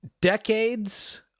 decades